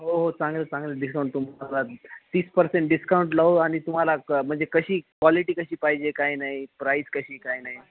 हो हो चांगलं चांगलं डिस्काउंट तुम्हाला तीस परर्सेंट डिस्काउंट लावू आणि तुम्हाला क म्हणजे कशी क्वालिटी कशी पाहिजे काय नाही प्राईस कशी काय नाही